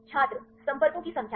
छात्र संपर्कों की संख्या